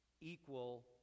equal